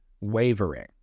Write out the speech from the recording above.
wavering